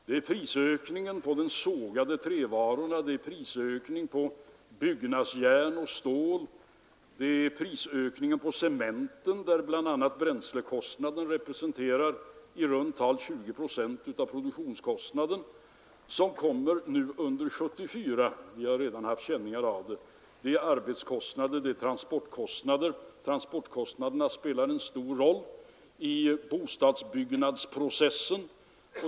Det är prisökningen på de sågade trävarorna, det är prisökningen på byggnadsjärn och stål, det är prisökningen på cementen — där bl.a. bränslekostnaden representerar i runt tal 20 procent av produktionskostnaden — som kommer nu under år 1974; vi har redan haft känningar av det. Det är arbetskostnader, det är transportkostnader — transportkostnaderna spelar en stor roll i bostadsbyggnadsprocessen.